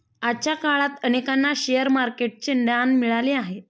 आजच्या काळात अनेकांना शेअर मार्केटचे ज्ञान मिळाले आहे